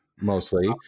mostly